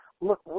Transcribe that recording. Look